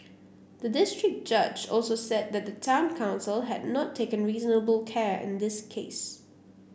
the district judge also said that the town council had not taken reasonable care in this case